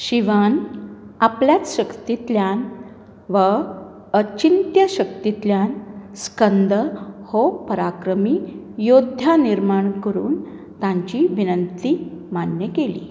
शिवान आपल्याच शक्तींतल्यान व अचिंत्य शक्तींतल्यान स्कंद हो पराक्रमी योद्धा निर्माण करून तांची विनंती मान्य केली